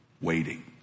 Waiting